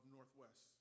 Northwest